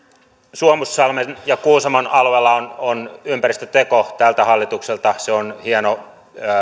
suomussalmen ja kuusamon alueella on on ympäristöteko tältä hallitukselta se on hieno